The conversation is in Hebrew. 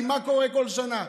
כי מה קורה כל שנה?